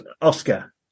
Oscar